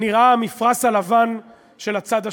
נראה המפרש הלבן של הצד השני.